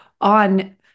on